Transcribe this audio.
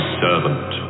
servant